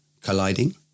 colliding